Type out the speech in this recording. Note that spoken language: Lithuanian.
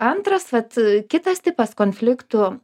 antras vat kitas tipas konfliktų